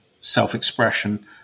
self-expression